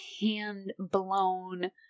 hand-blown